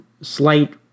slight